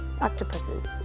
octopuses